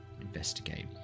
investigate